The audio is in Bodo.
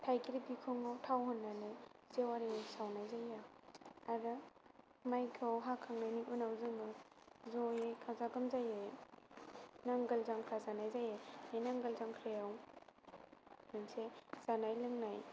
थाइग्रि बिखुंआव थाव होनानै जेवारि सावनाय जायो आरो माइखौ हाखांनायनि उनाव जोङो ज'यै गाजा गोमजायै नांगोल जांख्रा खाजानाय जायो बे नांगोल जांख्रायाव मोनसे जानाय लोंनाय